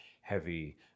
heavy